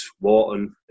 Wharton